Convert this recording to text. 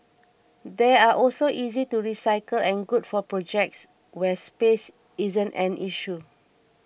they are also easy to recycle and good for projects where space isn't an issue